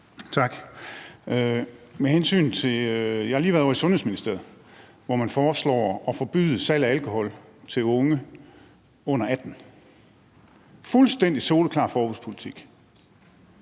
Tak. Jeg har lige været ovre i Sundhedsministeriet, hvor man foreslår at forbyde salg af alkohol til unge under 18 år. Det er fuldstændig soleklar forbudspolitik.